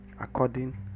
according